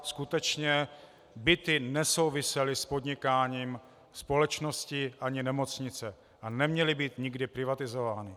Skutečně byty nesouvisely s podnikáním společnosti a ani nemocnice a neměly být nikdy privatizovány.